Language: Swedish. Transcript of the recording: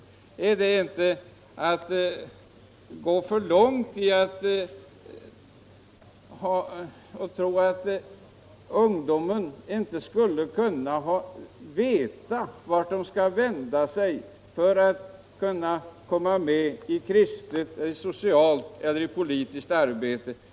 Är det inte att gå för långt om man tror att ungdomar inte vet vart de skall vända sig för att kunna komma med i kristet, socialt eller politiskt arbete?